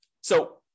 So-